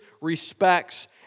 respects